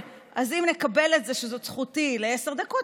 אז אם נקבל את זה שזאת זכותי לעשר דקות,